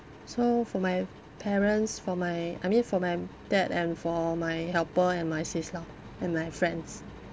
so for my parents for my I mean for my dad and for my helper and my sis lah and my friends